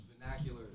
vernacular